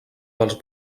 dels